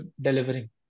delivering